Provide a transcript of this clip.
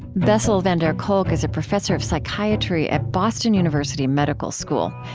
bessel van der kolk is a professor of psychiatry at boston university medical school,